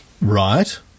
right